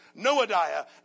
Noadiah